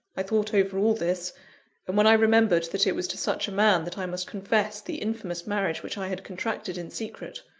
i thought over all this, and when i remembered that it was to such a man that i must confess the infamous marriage which i had contracted in secret,